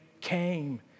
came